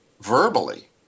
verbally